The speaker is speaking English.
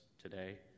today